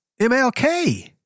MLK